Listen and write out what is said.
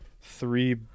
three